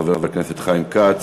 חבר הכנסת חיים כץ.